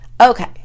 okay